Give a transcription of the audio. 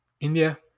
India